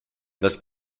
das